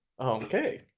Okay